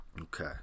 Okay